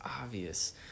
obvious